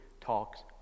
talks